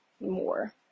more